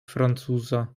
francuza